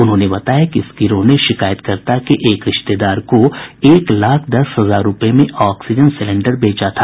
उन्होंने बताया कि इस गिरोह ने शिकायतकर्ता के एक रिश्तेदार को एक लाख दस हजार रूपये में ऑक्सीजन सिलेंडर बेचा था